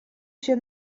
się